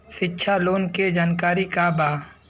शिक्षा लोन के जानकारी का बा?